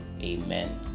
Amen